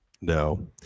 No